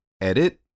edit